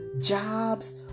jobs